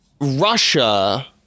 Russia